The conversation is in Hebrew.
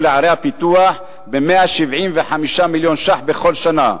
לערי הפיתוח ב-175 מיליון שקלים בכל שנה.